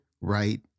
right